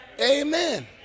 amen